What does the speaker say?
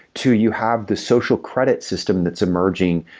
to you have the social credit system that's emerging,